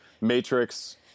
matrix